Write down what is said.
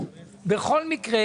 בכל מקרה,